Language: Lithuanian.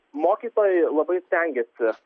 mokytojai labai stengiasi